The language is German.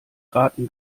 raten